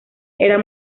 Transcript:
era